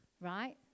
right